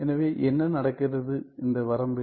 எனவே என்ன நடக்கிறது இந்த வரம்பில்